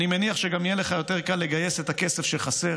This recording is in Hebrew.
אני מניח שגם יהיה לך יותר קל לגייס את הכסף שחסר